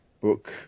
book